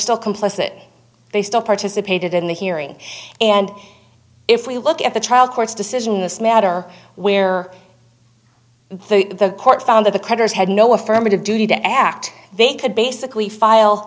still complicit they still participated in the hearing and if we look at the trial court's decision in this matter where the court found that the cutter's had no affirmative duty to act they could basically file